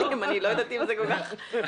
לכן